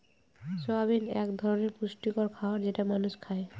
soybean এক ধরনের পুষ্টিকর খাবার যেটা মানুষ খায়